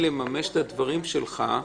הדברים שלך,